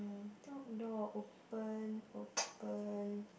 dog door open open